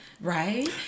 right